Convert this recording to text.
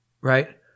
right